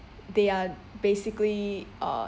they are basically uh